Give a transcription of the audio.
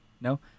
no